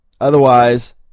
Otherwise